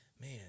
man